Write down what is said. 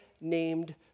named